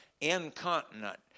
incontinent